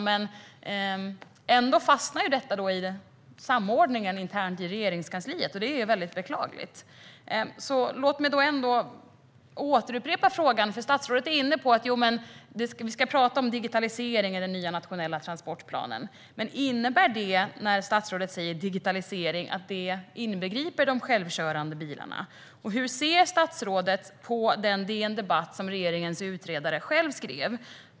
Men detta fastnar trots allt i den interna samordningen i Regeringskansliet, vilket är väldigt beklagligt. Låt mig upprepa min fråga. Statsrådet är inne på att vi ska ha med digitalisering i den nya nationella transportplanen. Inbegrips de självkörande bilarna när statsrådet talar om digitalisering? Hur ser statsrådet på den DN Debatt-artikel som regeringens utredare själv skrev?